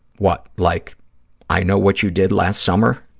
what, like i know what you did last summer?